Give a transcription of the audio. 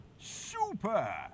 Super